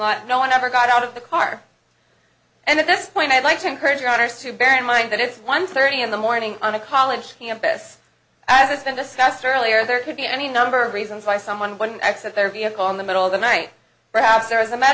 and no one ever got out of the car and at this point i'd like to encourage others to bear in mind that it's one thirty in the morning on a college campus as has been discussed earlier there could be any number of reasons why someone wouldn't accept their vehicle in the middle of the night perhaps there is a m